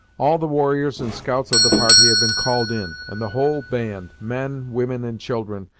all the warriors and scouts of the party had been called in, and the whole band, men, women and children,